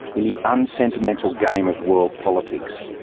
in the unsentimental game of world politics,